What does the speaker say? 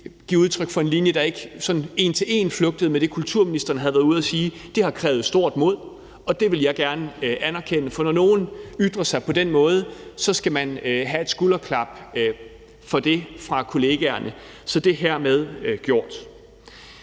give udtryk for en linje, der ikke sådan en til en flugtede med det, som kulturministeren havde været ude at sige. Det har krævet stort mod, og det vil jeg gerne anerkende, for når nogen ytrer sig på den måde, skal man have et skulderklap for det fra kollegaerne. Så det er hermed gjort.